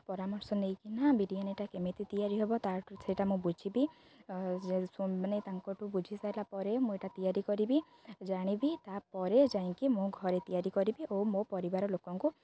ପରାମର୍ଶ ନେଇକିନା ବିରିୟାନିଟା କେମିତି ତିଆରି ହେବ ତାହାଠୁ ସେଇଟା ମୁଁ ବୁଝିବି ମାନେ ତାଙ୍କଠୁ ବୁଝି ସାରିଲା ପରେ ମୁଁ ଏଇଟା ତିଆରି କରିବି ଜାଣିବି ତା'ପରେ ଯାଇକି ମୁଁ ଘରେ ତିଆରି କରିବି ଓ ମୋ ପରିବାର ଲୋକଙ୍କୁ